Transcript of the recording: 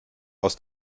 aus